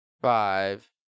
five